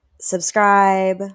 subscribe